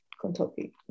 Kentucky